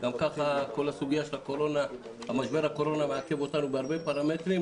גם כך משבר הקורונה מעכב אותנו בהרבה פרמטרים,